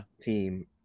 team